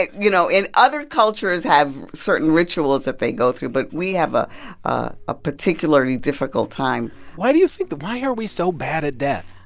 you know, and other cultures have certain rituals that they go through, but we have a ah ah particularly difficult time why do you think the why are we so bad at death?